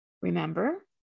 Remember